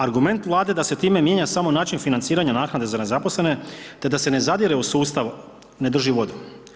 Argument Vlade da se time mijenja samo način financiranja naknade za nezaposlene te da se ne zadire u sustav ne drži vodu.